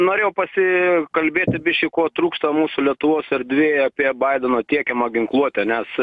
norėjau pasikalbėti biškį trūksta mūsų lietuvos erdvėje apie badeno tiekiamą ginkluotę nes